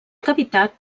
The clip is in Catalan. cavitat